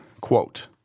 Quote